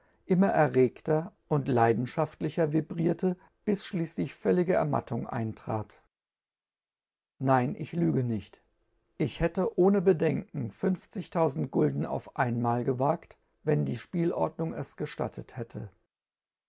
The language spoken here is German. immer erregter unb leibenfchaftlicher oibrtrte bis fchliefelid völlige ermattung eintrat nein ich lüge nicht ich i ätte ohne bedenken fünfzigtausend gulden auf einmal gewagt wenn bie spielorbnung es geftattet hätte